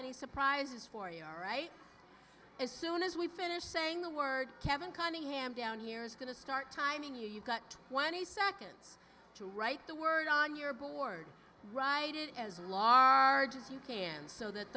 any surprises for you all right as soon as we finish saying the word kevin cunningham down here is going to start timing you you've got twenty seconds to write the word on your board write it as large as you can so that